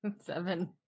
seven